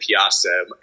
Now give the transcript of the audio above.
piazza